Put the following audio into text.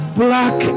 black